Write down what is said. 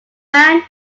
man